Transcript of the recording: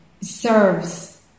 serves